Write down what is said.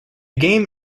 game